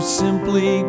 simply